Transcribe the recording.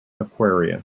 aquaria